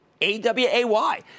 A-W-A-Y